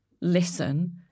listen